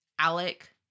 Alec